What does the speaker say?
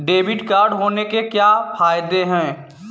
Debit card होने के क्या फायदे हैं?